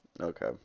Okay